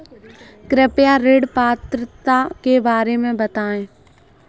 कृपया ऋण पात्रता के बारे में बताएँ?